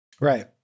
Right